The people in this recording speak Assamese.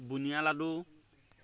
বুন্দিয়া লাড়ু